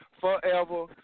forever